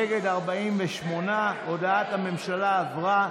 נגד, 48. הודעת הממשלה עברה.